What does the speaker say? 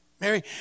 Mary